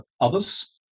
others